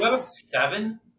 seven